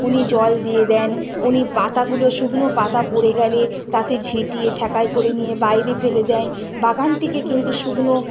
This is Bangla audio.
উনি জল দিয়ে দেন উনি পাতাগুলো শুকনো পাতা পড়ে গেলে তাতে ঝেঁটিয়ে ঠ্যাকায় করে নিয়ে বাইরে ফেলে দেয় বাগানটিকে কিন্তু শুকনো